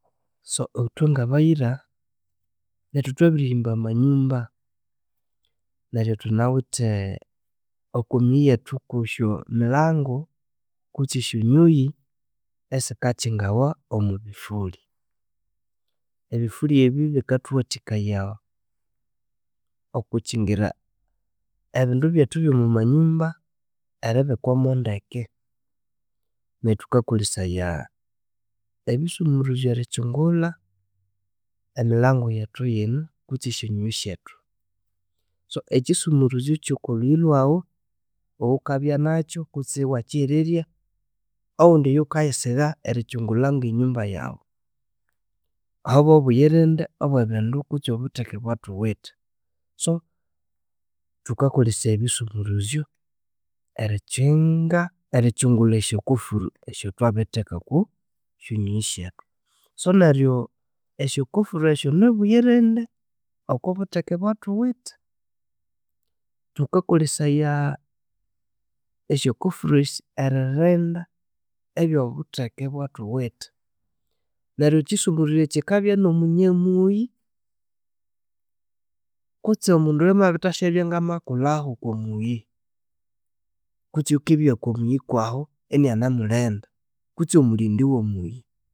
So ithwe ngabayira nethu thwabirihimba amanyumba neryo thunawithe oko miyi yethu kosyo milangu kutsi esyonyuyi esikakyingawa omo bifulhi, ebifulhi ebi bikathuwathikaya okokyingira ebindu byethu byomo manyumba eribikwamu ndeke. Neryo thukakolesaya ebisumuruzyo erikyingulha emilangu yethu yino, kutsi esyanyuyi syethu. So ekyisumuruzo kyokolhuyi lhwawu iwukabya nakyu kutsi iwakyihererya owundi oyo wukayisigha erikyingulha ngenyumba yawu ahabwa buyirinde obwebindu kutse obutheke obwathuwithe. So thukakolesya ebisumuruzo erikyinga, erikyingulha esyokofuru esya thwabiritheka ku- syonyuyo syethu. So neryo esyokofuru esyo nibuyirinde okobutheke obwa thuwithe. Thukakolesaya esya kofuru esi eririnda ebyobutheke obwathuwithe. Neryo ekisumuruzo kyikabya nomunyamuyi kutsi omundu oyuwamabithasyabya ngamakulhaho okomuyi kutsi oyukibya okomuyi kwaho, inanemulinda kutsi omulindi womuyi.